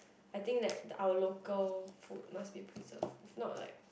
I think that our local food must be preserved if not like